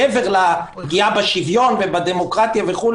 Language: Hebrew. מעבר לפגיעה בשוויון ובדמוקרטיה וכו',